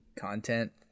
content